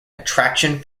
attraction